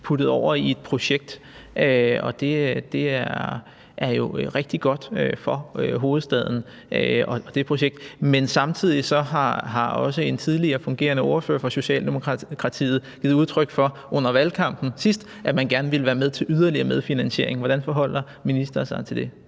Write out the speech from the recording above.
puttet over i et projekt. Og det er jo rigtig godt for hovedstaden og det projekt, men samtidig har en tidligere fungerende ordfører fra Socialdemokratiet under valgkampen sidste år givet udtryk for, at man gerne vil være med til yderligere medfinansiering. Hvordan forholder ministeren sig til det?